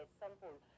sample